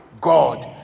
God